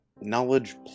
knowledge